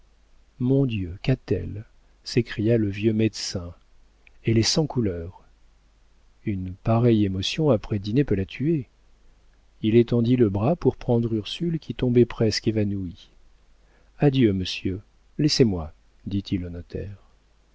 mon dieu qu'a-t-elle s'écria le vieux médecin elle est sans couleur une pareille émotion après dîner peut la tuer il étendit le bras pour prendre ursule qui tombait presque évanouie adieu monsieur laissez-moi dit-il au